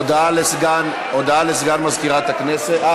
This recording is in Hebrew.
הודעה לסגן מזכירת הכנסת,